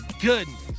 goodness